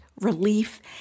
relief